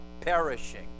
perishing